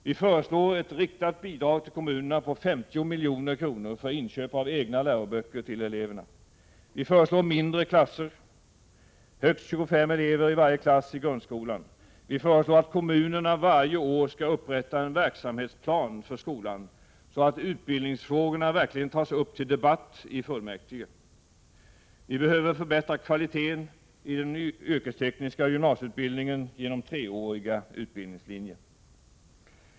Vi föreslår ett riktat bidrag till kommunerna på 50 milj.kr. för inköp av egna läroböcker till eleverna. Vi föreslår mindre klasser, med högst 25 elever i varje klass i grundskolan. Vi föreslår att kommunerna varje år skall upprätta en verksamhetsplan för skolan så att utbildningsfrågorna verkligen tas upp till debatt i fullmäktige. Kvaliteten i den yrkestekniska gymnasieutbildningen behöver förbättras genom treåriga utbildningslinjer.